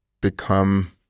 become